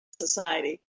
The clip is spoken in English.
society